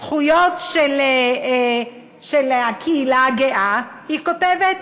זכויות של הקהילה הגאה, היא כותבת: